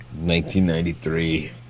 1993